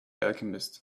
alchemist